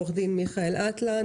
עו"ד מיכאל אטלן.